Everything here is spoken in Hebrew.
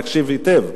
תקשיב היטב,